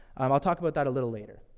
um i'll talk about that a little later.